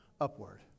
upward